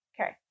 Okay